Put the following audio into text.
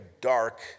dark